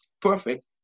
perfect